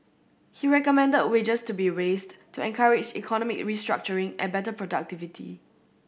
he recommended wages to be raised to encourage economic restructuring and better productivity